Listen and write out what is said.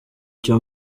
cyo